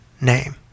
name